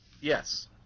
Yes